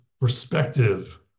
perspective